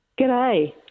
G'day